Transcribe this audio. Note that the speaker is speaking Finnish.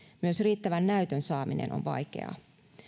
myös riittävän näytön saaminen on vaikeaa